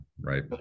right